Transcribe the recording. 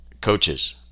coaches